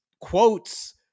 quotes